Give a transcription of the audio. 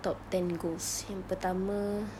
top ten goals yang pertama